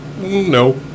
No